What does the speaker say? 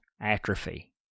atrophy